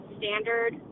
standard